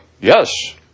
yes